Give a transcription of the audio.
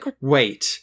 wait